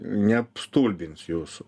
neapstulbins jūsų